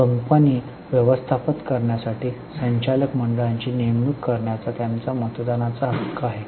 company व्यवस्थापित करण्यासाठी संचालक मंडळाची नेमणूक करण्याचा त्यांचा मतदानाचा हक्क आहे